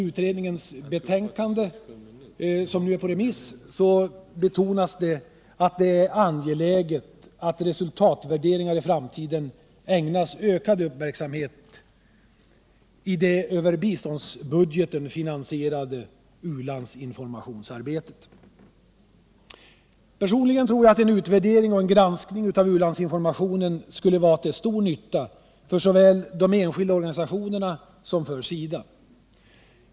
Utredningens betänkande är nu på remiss. Utredningen betonar att det är angeläget att resultatvärderingar i framtiden ägnas ökad uppmärksamhet i det över biståndsbudgeten finansierade ulandsinformationsarbetet. Personligen tror jag att en granskning och utvärdering av u-landsinformationen skulle vara till stor nytta för såväl de enskilda organisationerna som för SIDA.